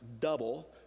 double